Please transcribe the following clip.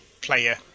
player